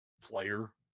player